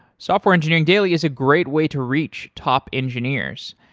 software engineering daily is a great way to reach top engineers.